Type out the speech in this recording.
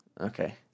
Okay